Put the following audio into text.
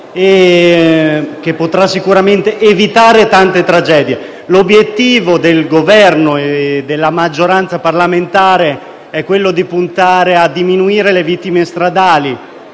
potrà sicuramente evitare tante tragedie. L'obiettivo del Governo e della maggioranza parlamentare è infatti quello di puntare a diminuire le vittime di